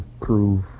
prove